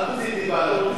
אל תוציא דיבה על הכנסת,